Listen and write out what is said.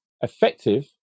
effective